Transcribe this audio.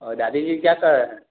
और दादी जी क्या कहे है